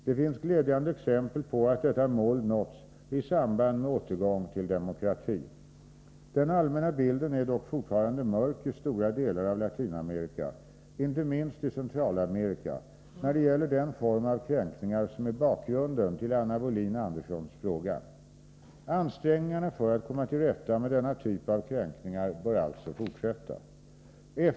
Det finns glädjande exempel på att detta mål nåtts i samband med återgång till demokrati. Den allmänna bilden är dock fortfarande mörk i stora delar av Latinamerika, inte minst i Centralamerika, när det gäller den form av kränkningar som är bakgrunden till Anna Wohlin-Anderssons fråga. Ansträngningarna för att komma till rätta med denna typ av kränkningar bör alltså fortsätta.